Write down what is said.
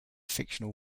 fictional